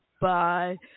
Bye